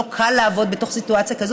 לא קל לעבוד בתוך סיטואציה כזאת.